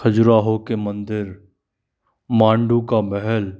खजुराहो के मंदिर मांडू का महल